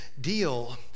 deal